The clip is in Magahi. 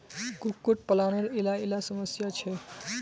कुक्कुट पालानेर इला इला समस्या छे